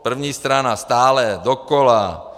První strana stále dokola.